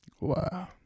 Wow